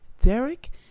Derek